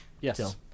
Yes